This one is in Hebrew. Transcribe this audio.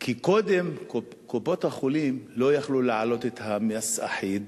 כי קודם קופות-החולים לא יכלו להעלות את המס האחיד